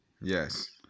Yes